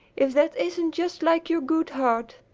if that isn't just like your good heart!